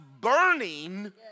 burning